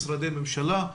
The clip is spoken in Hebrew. משרדי הממשלה.